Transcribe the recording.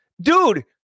dude